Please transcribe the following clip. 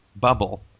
bubble